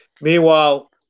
Meanwhile